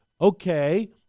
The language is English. Okay